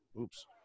oops